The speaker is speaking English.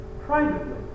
privately